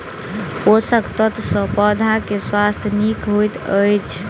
पोषक तत्व सॅ पौधा के स्वास्थ्य नीक होइत अछि